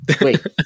Wait